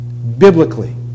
Biblically